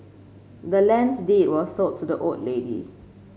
the land's deed was sold to the old lady